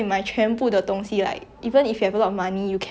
like your relationships can still be fail but then